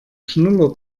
schnuller